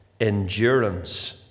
endurance